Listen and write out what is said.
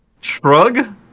Shrug